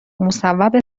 مصوب